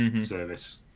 service